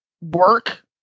work